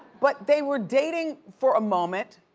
but they were dating for a moment